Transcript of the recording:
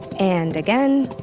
and again